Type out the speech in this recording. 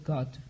God